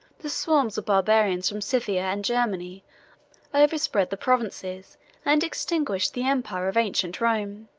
the swarms of barbarians from scythia and germany over-spread the provinces and extinguished the empire of ancient rome.